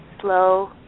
slow